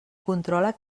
controla